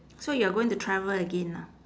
so you are going to travel again ah